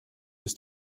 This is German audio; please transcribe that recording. des